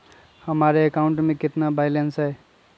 हमारे अकाउंट में कितना बैलेंस है?